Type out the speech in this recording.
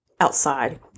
outside